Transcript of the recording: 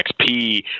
XP